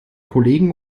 kollegen